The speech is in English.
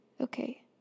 Okay